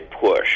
push